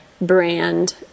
brand